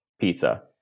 pizza